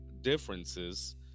differences